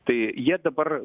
tai jie dabar